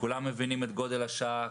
כולם מבינים את גודל השעה,